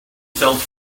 sells